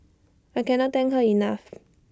I cannot thank her enough